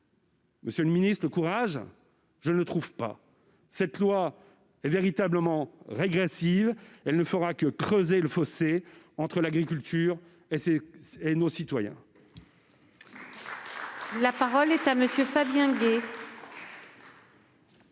monsieur le ministre, je ne le trouve pas. Cette loi est véritablement régressive ; elle ne fera que creuser le fossé entre l'agriculture et nos concitoyens. La parole est à M. Fabien Gay,